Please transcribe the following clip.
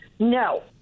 No